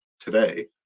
today